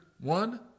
one